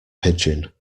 pigeon